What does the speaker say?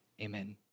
amen